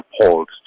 appalled